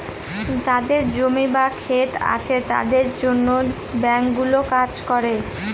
যাদের জমি বা ক্ষেত আছে তাদের জন্য ব্যাঙ্কগুলো কাজ করে